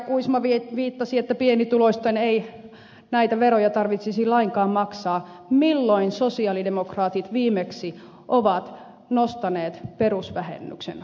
kuisma viittasi että pienituloisten ei näitä veroja tarvitsisi lainkaan maksaa milloin sosialidemokraatit viimeksi ovat nostaneet perusvähennystä